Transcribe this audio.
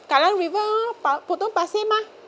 kallang river oh p~ potong pasir mah